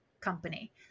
company